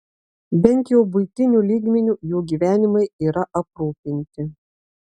bent jau buitiniu lygmeniu jų gyvenimai yra aprūpinti